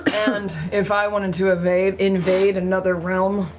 and, if i wanted to invade invade another realm,